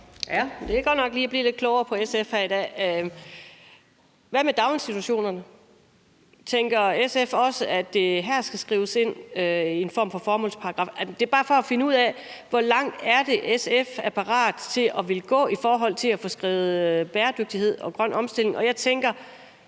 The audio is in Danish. (V): Det er godt nok lige at blive lidt klogere på SF her i dag. Hvad med daginstitutionerne? Tænker SF, at det også her skal skrives ind i en form for formålsparagraf? Det er bare for at finde ud af, hvor langt SF er parat til at gå i forhold til at skrive bæredygtighed og grøn omstilling ind. Jeg tænker